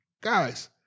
Guys